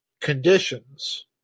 conditions